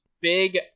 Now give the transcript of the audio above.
big